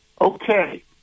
Okay